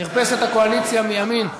מרפסת הקואליציה מימין.